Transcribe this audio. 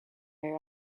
air